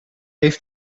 heeft